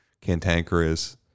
cantankerous